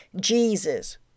Jesus